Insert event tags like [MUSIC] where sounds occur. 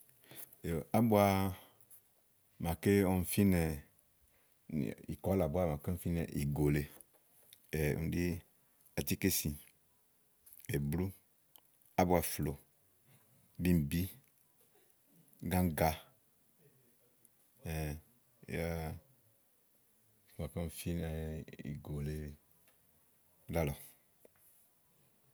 ábua màa ɔmi fínɛ, nì kɔ̀là búá màa ɔmi fínɛ ìgò lèe [HESITATION] ɖi àtíkèsì, èblù, ábuafloò, bíìmbí gáŋga [HESITATION] màaké ɔmi fínɛ ìgò lèe ɖálɔ̀ɔ.